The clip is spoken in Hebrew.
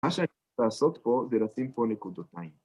מה שאני רוצה לעשות פה זה לשים פה נקודותיים.